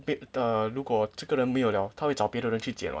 babe 如果这个人没有了他会找别的人去剑 [what]